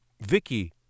Vicky